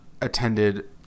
attended